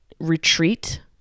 retreat